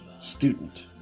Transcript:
student